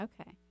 Okay